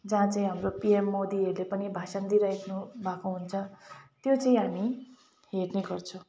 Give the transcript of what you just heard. जहाँ चाहिँ हाम्रो पिएम मोदीले पनि भाषण दिइराख्नुभएको हुन्छ त्यो चाहिँ हामी हेर्ने गर्छौँ